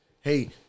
Hey